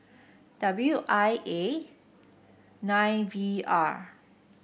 W I A nine V R